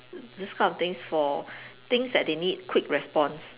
this kind of things for things that they need quick response